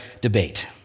debate